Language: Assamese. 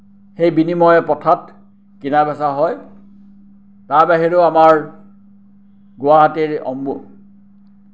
সেই বিনিময় প্ৰথাত কিনা বেচা হয় তাৰ বাহিৰেও আমাৰ গুৱাহাটীৰ অম্বু